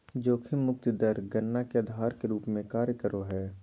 जोखिम मुक्त दर गणना के आधार के रूप में कार्य करो हइ